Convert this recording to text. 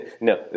No